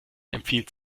empfiehlt